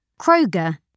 Kroger